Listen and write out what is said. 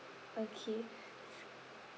okay